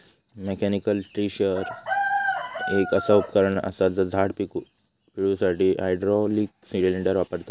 mechanical tree shaker एक असा उपकरण असा जा झाड पिळुसाठी हायड्रॉलिक सिलेंडर वापरता